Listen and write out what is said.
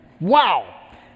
Wow